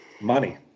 money